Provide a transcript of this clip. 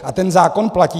A ten zákon platí.